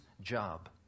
job